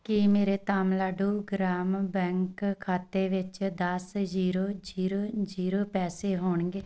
ਕੀ ਮੇਰੇ ਤਾਮਿਲਨਾਡੂ ਗ੍ਰਾਮ ਬੈਂਕ ਖਾਤੇ ਵਿੱਚ ਦਸ ਜ਼ੀਰੋ ਜ਼ੀਰੋ ਜ਼ੀਰੋ ਪੈਸੇ ਹੋਣਗੇ